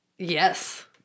Yes